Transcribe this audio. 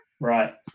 Right